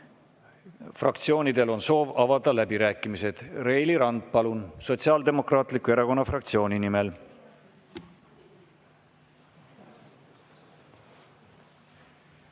Fraktsioonidel on soov avada läbirääkimised. Reili Rand, palun! Sotsiaaldemokraatliku Erakonna fraktsiooni nimel.